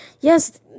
yes